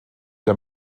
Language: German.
der